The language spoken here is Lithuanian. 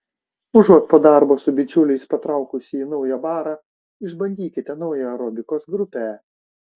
užuot po darbo su bičiuliais patraukusi į naują barą išbandykite naują aerobikos grupę